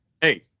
hey